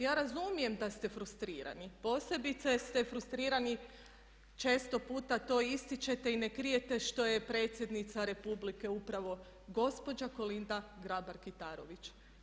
Ja razumijem da ste frustrirani, posebice ste frustrirani često puta to ističete i ne krijete što je predsjednica Republike upravo gospođa Kolinda Grabar-Kitarović.